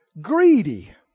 greedy